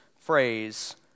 phrase